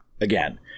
again